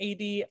AD